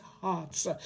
hearts